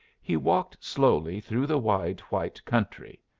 he walked slowly through the wide white country.